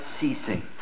ceasing